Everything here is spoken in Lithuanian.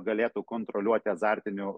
galėtų kontroliuoti azartinių